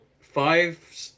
five